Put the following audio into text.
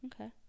okay